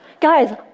Guys